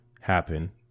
happen